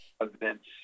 events